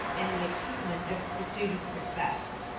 and the achievement of student success.